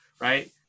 right